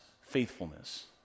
faithfulness